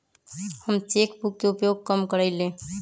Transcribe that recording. हम cheque book के उपयोग कम करइले